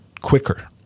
quicker